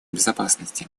безопасности